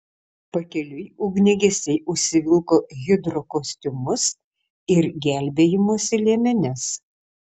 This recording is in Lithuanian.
pakeliui ugniagesiai užsivilko hidrokostiumus ir gelbėjimosi liemenes